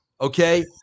Okay